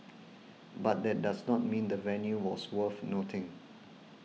but that does not mean the venue was worth nothing